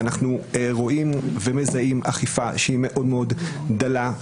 ואנחנו רואים ומזהים אכיפה שהיא מאוד מאוד דלה,